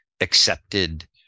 accepted